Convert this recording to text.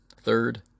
Third